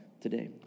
today